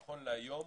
נכון להיום,